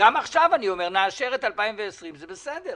גם עכשיו אני אומר, נאשר את 2020, זה בסדר.